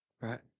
Right